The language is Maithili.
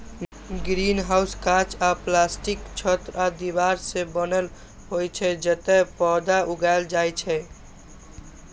ग्रीनहाउस कांच या प्लास्टिकक छत आ दीवार सं बनल होइ छै, जतय पौधा उगायल जाइ छै